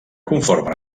conformen